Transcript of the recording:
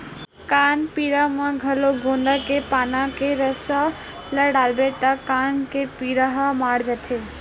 कान पीरा म घलो गोंदा के पाना के रसा ल डालबे त कान के पीरा ह माड़ जाथे